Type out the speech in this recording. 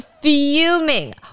fuming